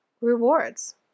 rewards